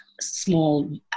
small